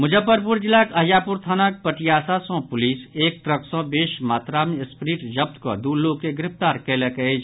मुजफ्फरपुर जिलाक अहियापुर थानाक पटियासा सँ पुलिस एक ट्रक सँ बेस मात्रा मे स्प्रीट जब्त कऽ दू लोक के गिरफ्तार कयलक अछि